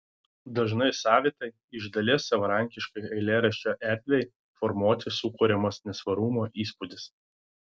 dažnai savitai iš dalies savarankiškai eilėraščio erdvei formuoti sukuriamas nesvarumo įspūdis